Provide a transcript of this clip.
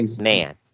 man